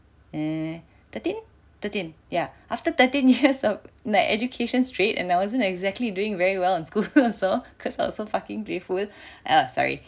eh thirteen thirteen ya after thirteen years of like education straight and I wasn't exactly doing very well in school also cause I was so fucking playful ah sorry